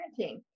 parenting